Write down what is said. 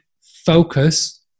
focus